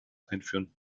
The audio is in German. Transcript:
einführen